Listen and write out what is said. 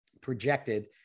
projected